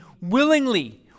willingly